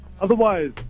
Otherwise